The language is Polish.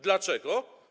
Dlaczego?